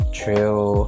true